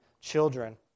children